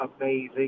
amazing